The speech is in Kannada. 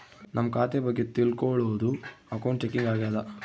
ನಮ್ ಖಾತೆ ಬಗ್ಗೆ ತಿಲ್ಕೊಳೋದು ಅಕೌಂಟ್ ಚೆಕಿಂಗ್ ಆಗ್ಯಾದ